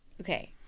Okay